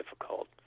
difficult